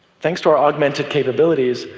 thanks to our augmented capabilities,